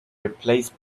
replaced